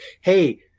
hey